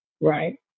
right